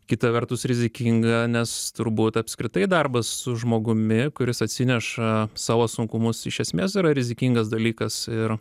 kita vertus rizikinga nes turbūt apskritai darbas su žmogumi kuris atsineša savo sunkumus iš esmės yra rizikingas dalykas ir